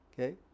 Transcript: okay